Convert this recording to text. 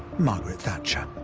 margaret thatcher.